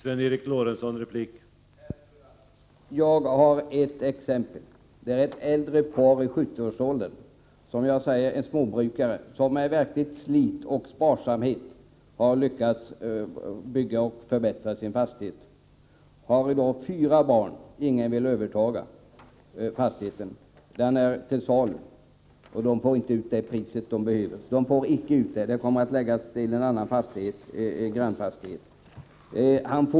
Herr talman! Jag kan anföra ett exempel i detta sammanhang. Det gäller ett äldre par — småbrukare — i 70-årsåldern. Genom slit och sparsamhet har makarna lyckats bygga ett bostadshus och även förbättra dettä. De har fyra barn. Inget av barnen vill överta fastigheten, vilken således är till salu. Men makarna får inte ut det pris som de behöver få ut. Deras fastighet kommer att läggas till en grannfastighet.